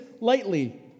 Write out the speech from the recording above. lightly